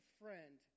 friend